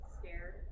scared